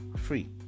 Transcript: free